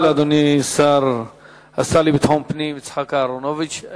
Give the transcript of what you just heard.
תודה לאדוני השר לביטחון פנים יצחק אהרונוביץ.